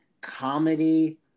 comedy